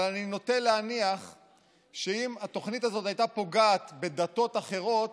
אבל אני נוטה להניח שאם התוכנית הזאת הייתה פוגעת בדתות אחרות,